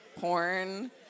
porn